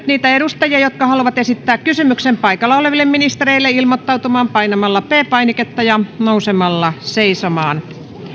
niitä edustajia jotka haluavat esittää kysymyksen paikalla oleville ministerille ilmoittautumaan painamalla p painiketta ja nousemalla seisomaan